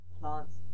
plants